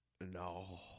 no